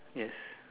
yes